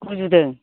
गुजुदों